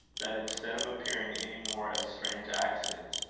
that instead of appearing any more as strange accidents,